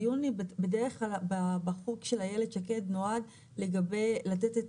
בדרך כלל החוק של איילת שקד נועד לתת את